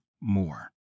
more